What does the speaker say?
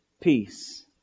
peace